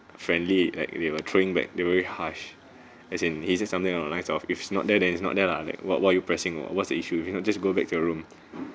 friendly like they were throwing back they very harsh as in is it something that of if it's not there then is not there lah like what what you pressing oh what's the issue with you just go back to your room